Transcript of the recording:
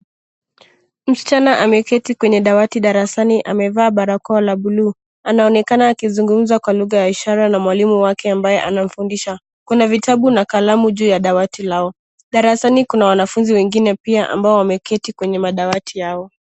Mschana ameketi kwenye dawati darasani amevaa barakoa la bluu. Anaonekana akizungumza kwa lugha ya ishara na mwalimu wake ambaye anamfundisha. Kuna vitabu na kalamu juu ya dawati lao. Darasani kuna wanafunzi wengine pia ambao wameketi kwenye madawati yao.